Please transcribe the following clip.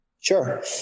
sure